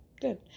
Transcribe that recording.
good